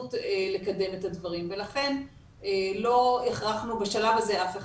הזדמנות לקדם את הדברים ולכן לא הכרחנו בשלב הזה אף אחד.